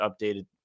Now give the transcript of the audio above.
updated